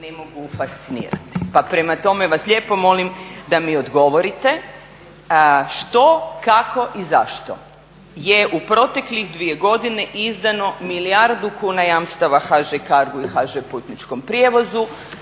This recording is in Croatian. ne mogu fascinirati. Pa prema tome lijepo vas molim da mi odgovorite što kako i zašto je u proteklih dvije godine izdano milijardu kuna jamstava HŽ Cargo-u i HŽ putničkom prijevozu